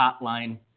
hotline